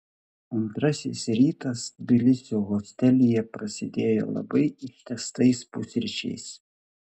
antrasis rytas tbilisio hostelyje prasidėjo labai ištęstais pusryčiais